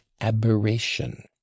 aberration